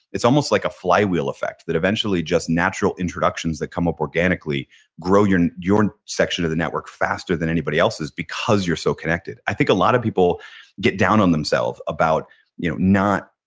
it's almost like a flywheel effect that eventually just natural introductions that come up organically grow your your section of the network faster than anybody else's because you're so connected. i think a lot of people get down on themself about you know not,